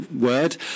word